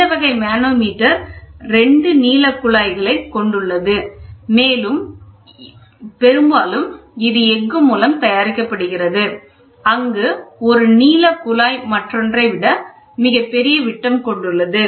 இந்த வகை மனோமீட்டர் 2 நீள குழாய்களை கொண்டுள்ளது பெரும்பாலும் இது எஃகு மூலம் தயாரிக்கப்படுகிறது அங்கு ஒரு நீள குழாய் மற்றொன்றை விட மிகப் பெரிய விட்டம் கொண்டது